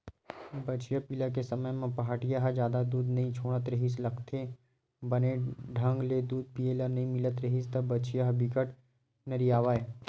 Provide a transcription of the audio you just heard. बछिया पिला के समे म पहाटिया ह जादा दूद नइ छोड़त रिहिस लागथे, बने ढंग ले दूद पिए ल नइ मिलत रिहिस त बछिया ह बिकट नरियावय